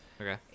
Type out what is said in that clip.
Okay